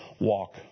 walk